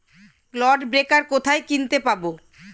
Clod breaker কোথায় কিনতে পাব?